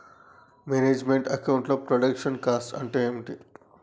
Manage meant account లో production cost అంటే ఏమిటి?